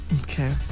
Okay